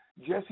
Jesse